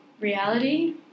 reality